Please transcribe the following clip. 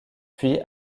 puis